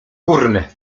górne